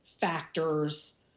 factors